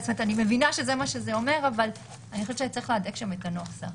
אני מבינה שזה מה שזה אומר אבל אני חושבת שצריך להדק שם את הנוסח.